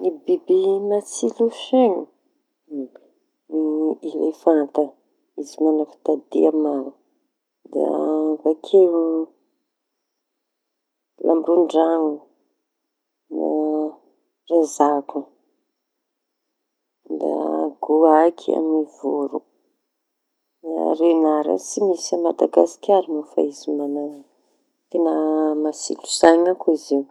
Ny biby matsilo saiña: ny elefanta izy mana fitadidia maro, da bakeo lambo-ndraño, da razako, da goaîky amy voro, renara tsy misy aMadagasikara; fa izy maña- matsilo saiña koa izy io.